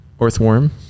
Earthworm